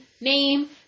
name